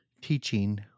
teaching